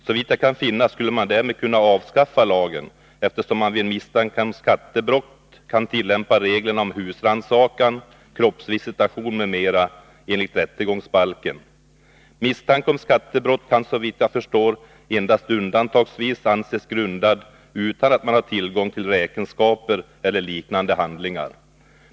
Såvitt jag kan finna skulle man därmed kunna avskaffa lagen, eftersom man vid misstanke om skattebrott kan tillämpa reglerna om husrannsakan, kroppsvisitation m.m. enligt rättegångsbalken. Misstanke om skattebrott kan såvitt jag förstår endast undantagsvis anses grundad utan att man har tillgång till räkenskaper eller liknande handlingar.